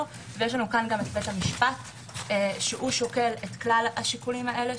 ויש לנו כאן בית המשפט שהוא שוקל את כל השיקולים האלה,